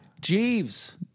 Jeeves